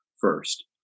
first